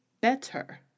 better